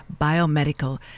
Biomedical